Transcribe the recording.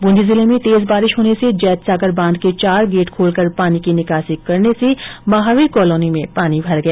बूंदी जिले में तेज बारिश होने से जैत सागर बांध के चार गेट खोलकर पानी की निकासी करने से महावीर कॉलोनी में पानी भर गया